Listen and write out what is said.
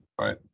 Right